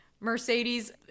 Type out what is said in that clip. Mercedes